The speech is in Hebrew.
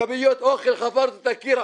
עם קוביות אוכל חפרתי את הקיר,